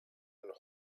and